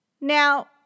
Now